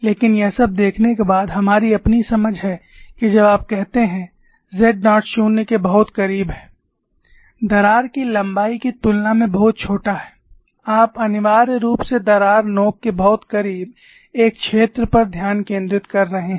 लेकिन यह सब देखने के बाद हमारी अपनी समझ है कि जब आप कहते हैं z नॉट 0 के बहुत करीब है दरार की लंबाई की तुलना में बहुत छोटा है आप अनिवार्य रूप से दरार नोक के बहुत करीब एक क्षेत्र पर ध्यान केंद्रित कर रहे हैं